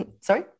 Sorry